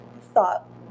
thought